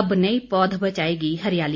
अब नई पौध बचाएगी हरियाली